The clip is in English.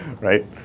Right